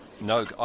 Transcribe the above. No